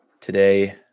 Today